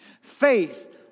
faith